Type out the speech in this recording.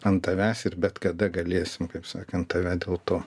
ant tavęs ir bet kada galėsim kaip sakant tave dėl to